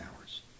hours